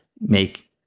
make